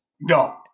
No